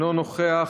אינו נוכח.